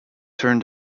turned